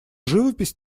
живопись